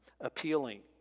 appealing